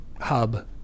hub